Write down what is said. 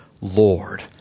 Lord